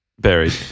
buried